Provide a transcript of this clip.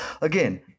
Again